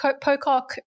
Pocock